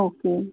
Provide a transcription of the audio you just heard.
okay